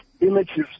images